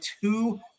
two